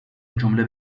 جمله